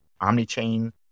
omni-chain